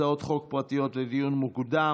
הצעות חוק פרטיות לדיון מוקדם.